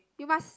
you must